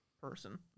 person